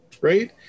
Right